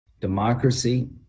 democracy